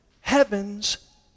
heaven's